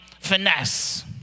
finesse